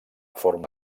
forma